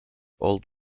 old